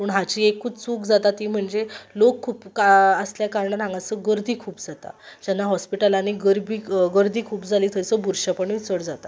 पूण हाची एकूच चूक जाता म्हणटा ती म्हणजे लोक खूब आसल्या कारणान हांगासर गर्दी खूब जाता तेन्ना हॉस्पिटलांनी गरबी गर्दी खूब जाली सो थंयसर बुरशेपणूय चड जाता